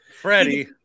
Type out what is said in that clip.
Freddie